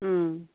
অঁ